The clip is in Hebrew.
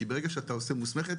כי ברגע שאתה עושה מוסמכת,